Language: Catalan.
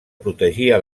protegia